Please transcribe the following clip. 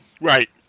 Right